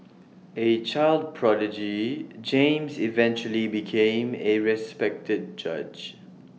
A child prodigy James eventually became A respected judge